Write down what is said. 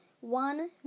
One